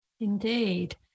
Indeed